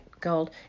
gold